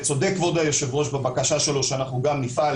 צודק כבוד היושב ראש בבקשה שלו שאנחנו גם נפעל